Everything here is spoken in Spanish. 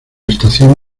estación